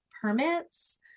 permits